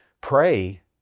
pray